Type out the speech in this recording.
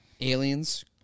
Aliens